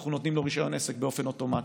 אנחנו נותנים לו רישיון עסק באופן אוטומטי,